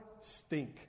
stink